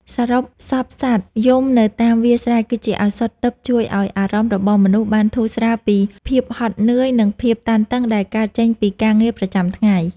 សូរសព្ទសត្វយំនៅតាមវាលស្រែ គឺជាឱសថទិព្វជួយឱ្យអារម្មណ៍របស់មនុស្សបានធូរស្រាលពីភាពហត់នឿយ និងភាពតានតឹងដែលកើតចេញពីការងារប្រចាំថ្ងៃ។